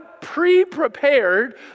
pre-prepared